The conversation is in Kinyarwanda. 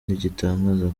gitangaza